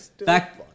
Back